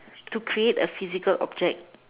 to create a physical object